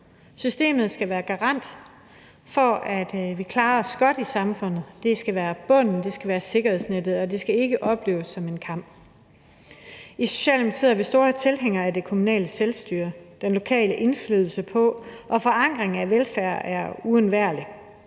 Systemet skal være garant for, at vi klarer os godt i samfundet. Det skal være bunden, det skal være sikkerhedsnettet, og det skal ikke opleves som en kamp. I Socialdemokratiet er vi store tilhængere af det kommunale selvstyre. Den lokale indflydelse på og forankring af velfærd er uundværlig.